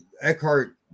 Eckhart